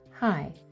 Hi